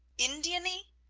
indianee?